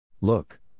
Look